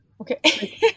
okay